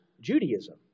Judaism